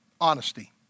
honesty